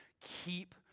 Keep